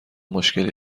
مشکلی